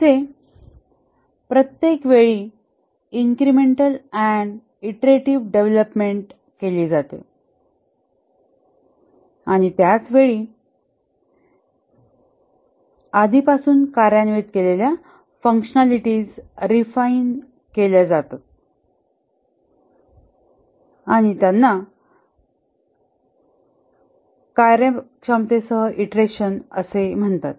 येथे प्रत्येक वेळी इन्क्रिमेंटल अँड ईंट्रेटिव्ह डेव्हलपमेंट केली जाते आणि त्याच वेळी आधीपासून कार्यान्वित केलेल्या फँकशनलिटीज रिफाइन केल्या जातात आणि त्यांना कार्यक्षमतेसह इटरेशन असे म्हणतात